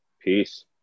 Peace